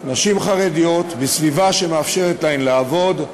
נשים חרדיות, בסביבה שמאפשרת להן לעבוד,